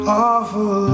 awful